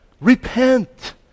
Repent